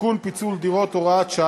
34 הצביעו בעד, אפס,